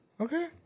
Okay